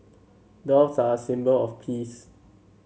doves are a symbol of peace